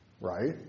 right